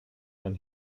ein